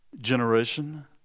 generation